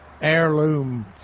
Heirloom